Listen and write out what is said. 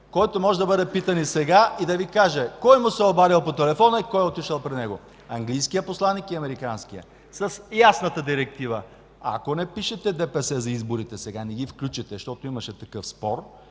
който може да бъде питан и сега, и да Ви каже кой му се е обадил по телефона и кой е отишъл при него. Английският посланик и американският с ясната директива – ако не пишете ДПС за изборите сега, не ги включите – защото тогава имаше такъв спор,